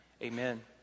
Amen